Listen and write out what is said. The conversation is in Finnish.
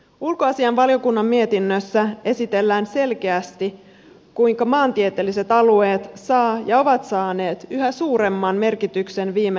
ulkoasiainvaliokunnan mietinnössä esitellään selkeästi kuinka maantieteelliset alueet saavat ja ovat saaneet yhä suuremman merkityksen viime aikoina